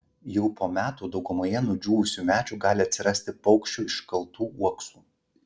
jau po metų daugumoje nudžiūvusių medžių gali atsirasti paukščių iškaltų uoksų